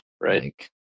right